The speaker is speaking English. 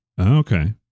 okay